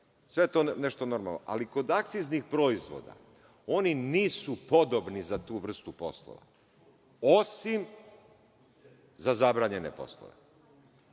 je to nešto normalno, ali kod akciznih proizvoda, oni nisu podobni za tu vrstu poslova, osim za zabranjene poslove. Sada